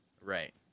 Right